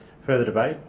further debate?